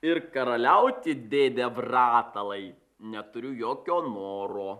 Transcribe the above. ir karaliauti dėde bratalai neturiu jokio noro